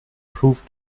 proved